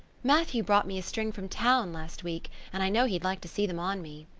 matthew brought me a string from town last week, and i know he'd like to see them on me.